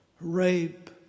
rape